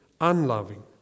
unloving